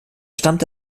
stammte